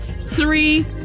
Three